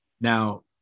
Now